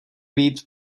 být